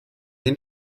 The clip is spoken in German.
den